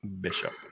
Bishop